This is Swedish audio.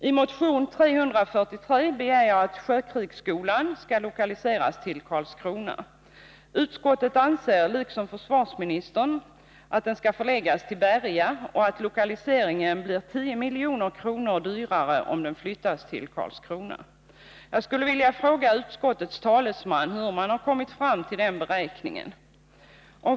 I motion 343 begär jag att sjökrigsskolan skall lokaliseras till Karlskrona. Utskottet anser liksom försvarsministern att den skall förläggas till Berga och att lokaliseringen blir 10 milj.kr. dyrare om den flyttas till Karlskrona. Jag skulle vilja fråga utskottets talesman, hur man har kommit fram till den beräkningen.